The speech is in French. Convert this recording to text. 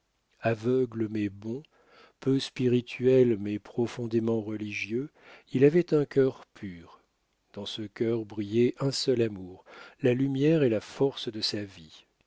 aveugle mais bon peu spirituel mais profondément religieux il avait un cœur pur dans ce cœur brillait un seul amour la lumière et la force de sa vie